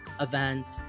event